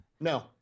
No